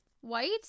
white